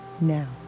now